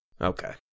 Okay